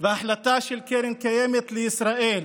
וההחלטה של קרן קיימת לישראל